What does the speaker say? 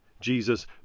Jesus